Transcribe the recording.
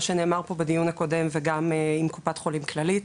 שנאמר פה בדיון הקודם וגם עם קופת חולים "כללית".